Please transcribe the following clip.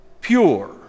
pure